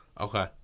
Okay